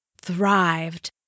thrived